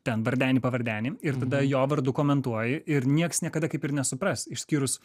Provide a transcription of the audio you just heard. ten vardenį pavardenį ir tada jo vardu komentuoji ir nieks niekada kaip ir nesupras išskyrus